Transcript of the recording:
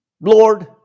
Lord